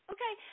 Okay